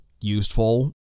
useful